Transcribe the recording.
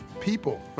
people